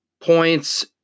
points